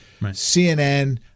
CNN